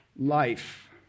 Life